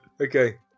Okay